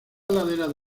laderas